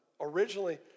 originally